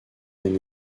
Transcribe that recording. and